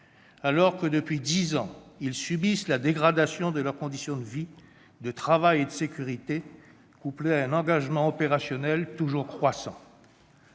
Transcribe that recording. alors que depuis dix ans ils subissent la dégradation de leurs conditions de vie, de travail et de sécurité, couplée à un engagement opérationnel toujours croissant.